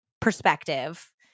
perspective